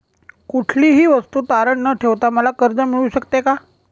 कुठलीही वस्तू तारण न ठेवता मला कर्ज मिळू शकते का?